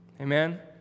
Amen